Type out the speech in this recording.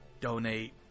donate